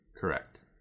Correct